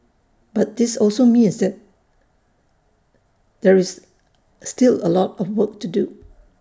but this also means there there is still A lot of work to do